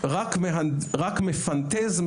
רק מפנטז,